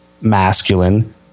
masculine